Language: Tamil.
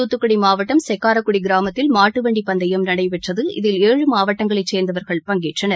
தூத்துக்குடி மாவட்டம் செக்காரக்குடி கிராமத்தில் மாட்டுவண்டி பந்தயம் நடைபெற்றது இதில் ஏழு மாவட்டங்களைச் சேர்ந்தவர்கள் பங்கேற்றனர்